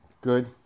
good